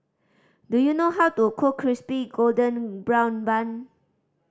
do you know how to cook Crispy Golden Brown Bun